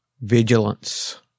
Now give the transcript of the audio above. Vigilance